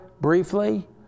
briefly